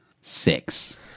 Six